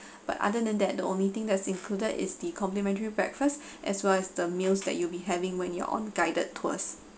but other than that the only thing that's included is the complimentary breakfast as well as the meals that you will be having when you're on guided tours